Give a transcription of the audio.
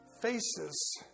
faces